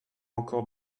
encore